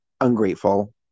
ungrateful